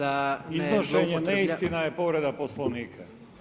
Ali iznošenje neistina je povreda Poslovnika.